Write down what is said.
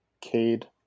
Cade